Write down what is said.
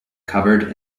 cupboard